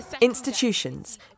Institutions